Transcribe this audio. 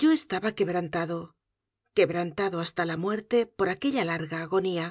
yo estaba quebrantado quebrantado hasta la muerte p o r aquella l a r g a agonía